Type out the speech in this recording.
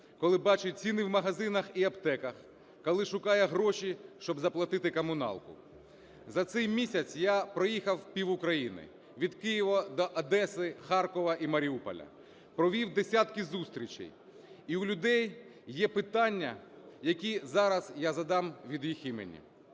коли бачить ціни в магазинах і аптеках, коли шукає гроші, щоб заплатити комуналку. За цей місяць я проїхав пів-України – від Києва до Одеси, Харкова і Маріуполя, провів десятки зустрічей. І в людей є питання, які зараз я задам від їх імені.